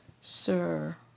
Sir